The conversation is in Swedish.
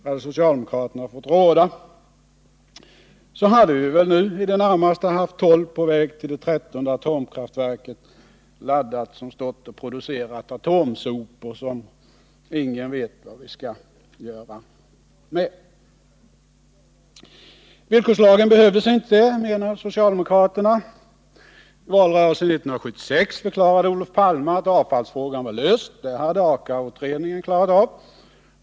Hade socialdemokraterna fått råda, hade vi väl nu i det närmaste haft 12 atomkraftverk och varit på väg mot 13, laddade och producerande atomsopor, som ingen vet vad vi skall göra med. Villkorslagen behövdes inte, menade socialdemokraterna. I valrörelsen 1976 förklarade Olof Palme att avfallsfrågan var löst. Den hade AKA utredningen klarat av.